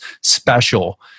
special